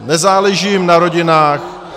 Nezáleží jim na rodinách.